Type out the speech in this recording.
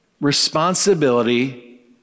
responsibility